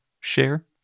share